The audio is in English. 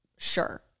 Sure